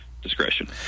Discretion